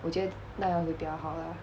我觉得那样会比较好 lah